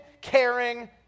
caring